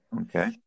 Okay